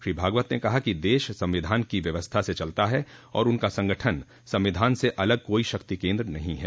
श्री भागवत ने कहा कि देश संविधान की व्यवस्था से चलता है और उनका संगठन संविधान से अलग कोई शक्ति केन्द्र नहीं है